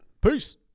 Peace